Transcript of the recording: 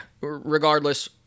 regardless